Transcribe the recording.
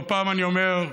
לא פעם אני אומר: